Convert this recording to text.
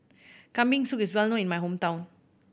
Kambing Soup is well known in my hometown